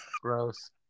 Gross